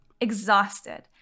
exhausted